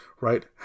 Right